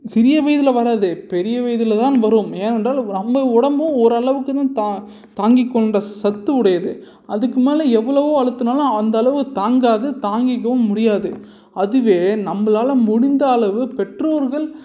சிறிய வயதில் வராது பெரிய வயதில்தான் வரும் ஏனென்றால் நம்ப உடம்பும் ஓரளவுக்குதான் தா தாங்கிக்கொண்ட சத்து உடையது அதுக்கு மேல் எவ்வளவோ அழுத்துனாலும் அந்த அளவு தாங்காது தாங்கிக்கவும் முடியாது அதுவே நம்பளால் முடிந்த அளவு பெற்றோர்கள்